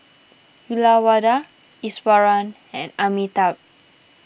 Uyyalawada Iswaran and Amitabh